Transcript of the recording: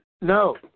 No